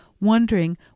wondering